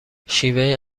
شیوه